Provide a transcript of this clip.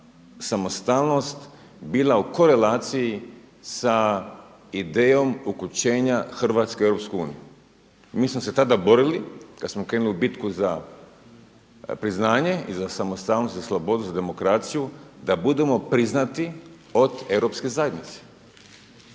samostalnost bila u korelaciji sa idejom uključenja Hrvatske u EU. Mi smo se tada borili kada smo krenuli u bitku za priznanje i za samostalnost i slobodu i demokraciju da budemo priznati od Europske zajednice.